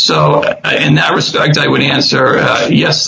so in that respect i would answer yes